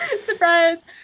Surprise